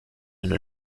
une